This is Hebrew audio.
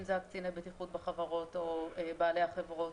אם זה קציני בטיחות בחברות או בעלי החברות